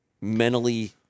mentally—